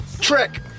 Trick